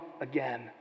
again